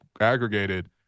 aggregated